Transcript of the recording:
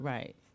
Right